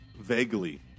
Vaguely